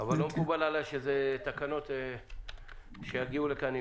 אבל לא מקובל עליי שתקנות שיגיעו לכאן,